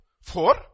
four